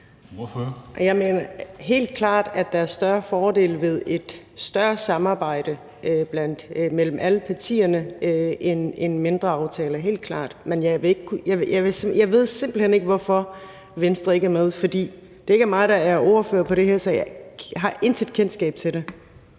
(SF): Jeg mener helt klart, at der er større fordele ved et større samarbejde mellem alle partierne end mindre aftaler – helt klart. Men jeg ved simpelt hen ikke, hvorfor Venstre ikke er med, for det er ikke mig, der er ordfører på det her område, så jeg har intet kendskab til det,